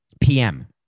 PM